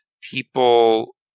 people